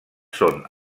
són